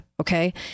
okay